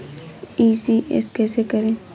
ECS कैसे करें?